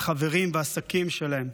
החברים והעסקים שלהם,